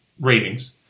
ratings